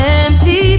empty